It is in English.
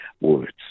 words